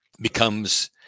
becomes